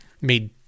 made